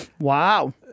Wow